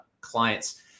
clients